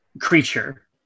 creature